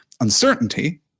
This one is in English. uncertainty